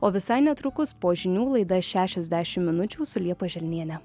o visai netrukus po žinių laida šešiasdešim minučių su liepa želniene